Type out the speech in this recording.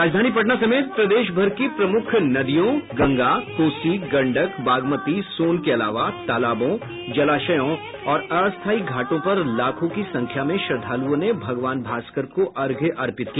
राजधानी पटना समेत प्रदेशभर की प्रमुख नदियों गंगा कोसी गंडक बागमती सोन के अलावा तालाबों जलाशयों और अस्थायी घाटों पर लाखों की संख्या में श्रद्धालुओं ने भागवान भास्कर को अर्घ्य अर्पित किया